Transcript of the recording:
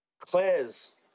Claire's